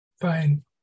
fine